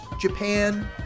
Japan